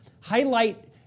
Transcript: highlight